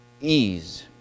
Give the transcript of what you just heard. ease